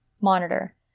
Monitor